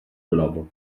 globo